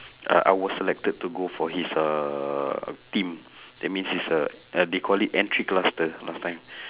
uh I was selected to go for his uh team that means is uh ya they call it entry cluster last time